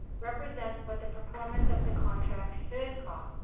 represents what the performance of the contract should cost,